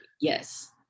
yes